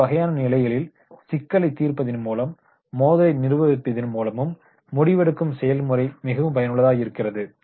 இவ்வகையான நிலைகளில் சிக்கலை தீர்ப்பதின் மூலமும் மோதலை நிர்வகிப்பதன் மூலமும் முடிவெடுக்கும் செயல்முறை மிகவும் பயனுள்ளதாக இருக்கிறது